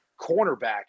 cornerback